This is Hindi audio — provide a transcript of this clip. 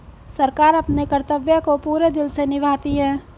सरकार अपने कर्तव्य को पूरे दिल से निभाती है